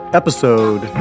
episode